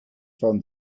found